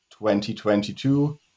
2022